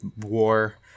war